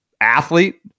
athlete